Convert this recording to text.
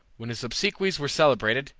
when his obsequies were celebrated,